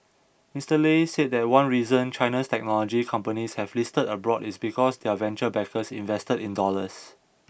Mister Lei said that one reason China's technology companies have listed abroad is because their venture backers invested in dollars